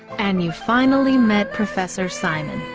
and you finally met professor simon?